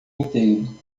inteiro